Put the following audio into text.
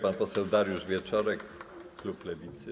Pan poseł Dariusz Wieczorek, klub Lewicy.